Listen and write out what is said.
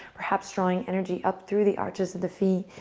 perhaps drawing energy up through the arches to the feet,